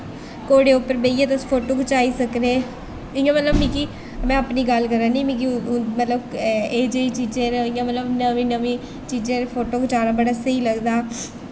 घोड़े उप्पर बेहियै तुस फोटो खचाई सकने इ'यां मतलब मिगी में अपनी गल्ल करै निं मिगी एह् जेही चीजें पर मतलब नमीं नमीं चीजें पर फोटो खचाना बड़ा स्हेई लगदा